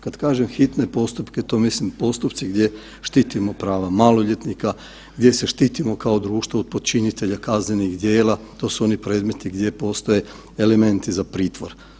Kad kažem hitne postupke, to mislim postupci gdje štitimo prava maloljetnika, gdje se štitimo kao društvo od počinitelja kaznenih djela, to su oni predmeti gdje postoje elementi za pritvor.